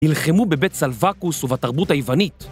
נלחמו בבית סלווקוס ובתרבות היוונית.